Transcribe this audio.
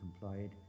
complied